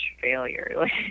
failure